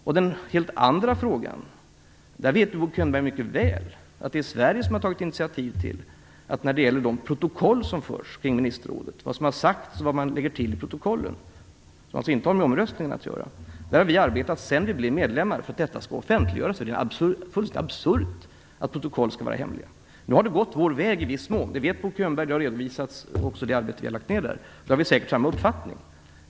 När det gäller den andra frågan vet Bo Könberg mycket väl att Sverige, sedan vi blev medlemmar, har arbetat för att de protokoll som förs kring ministerrådet, om vad som har sagts och vad som läggs till i protokollen som inte har med omröstningar att göra, skall offentliggöras. Det är fullständigt absurt att protokoll skall vara hemliga. Nu har det i viss mån gått vår väg - det vet Bo Könberg; det arbete vi har lagt ned där har redovisats, och vi har säkert samma uppfattning.